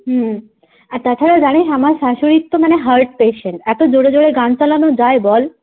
হুম আর তাছাড়া জানিস আমার শাশুড়ির তো মানে হার্ট পেশেন্ট এত জোরে জোরে গান চালানো যায় বল